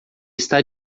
está